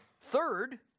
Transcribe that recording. Third